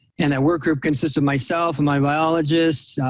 and that work group consists of myself and my biologist,